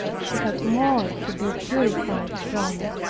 she had more to be purified from.